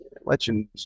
Legend